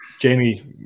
Jamie